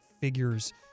figures